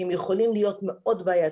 כי הם יכולים להיות מאוד בעייתיים.